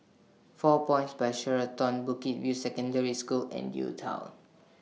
four Points By Sheraton Bukit View Secondary School and UTown